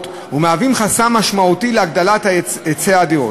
ומהווים חסם משמעותי להגדלת היצע הדירות.